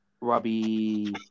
Robbie